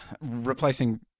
replacing